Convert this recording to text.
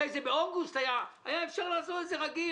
היה אפשר לעשות את זה רגיל,